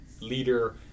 Leader